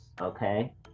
okay